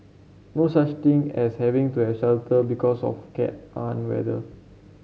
no such thing as having to a shelter because of cat an weather